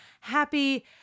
happy